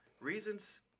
reasons